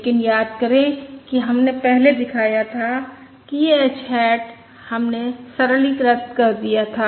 लेकिन याद करें कि हमने पहले दिखाया था कि यह h हैट हमने सरलीकृत कर दिया था